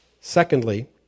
Secondly